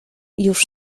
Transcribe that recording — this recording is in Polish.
już